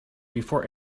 before